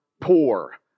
poor